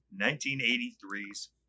1983's